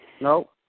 No